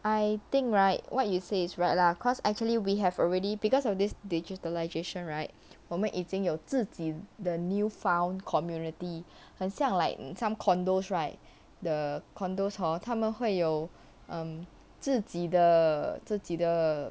I think right what you say is right lah cause actually we have already because of this digitalization right 我们已经有自己的 new found community 很像 like some condos right the condos hor 他们会有自己的自己的